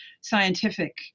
scientific